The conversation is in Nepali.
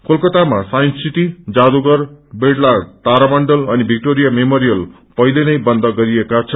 कोलकातामा साइन्स सिटी जादुगरविड़ला तारा मण्डल अनि भिक्टोरिया मेमोरियल पहिले नै बन्द गरिएको छ